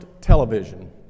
television